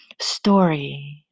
story